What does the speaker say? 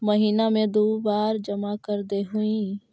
महिना मे दु बार जमा करदेहिय?